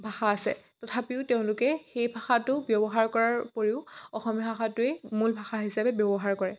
ভাষা আছে তথাপিও তেওঁলোকে সেই ভাষাটো ব্যৱহাৰ কৰাৰ উপৰিও অসমীয়া ভাষাটোৱেই মূল ভাষা হিচাপে ব্যৱহাৰ কৰে